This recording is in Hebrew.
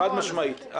חד משמעית.